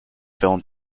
film